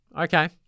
Okay